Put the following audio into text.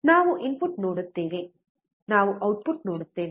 ನಾವು ಇನ್ಪುಟ್ ನೋಡುತ್ತೇವೆ ನಾವು ಔಟ್ಪುಟ್ ನೋಡುತ್ತೇವೆ